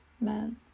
man